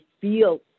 feel